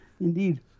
Indeed